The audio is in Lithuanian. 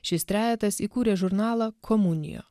šis trejetas įkūrė žurnalą komunija